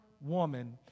woman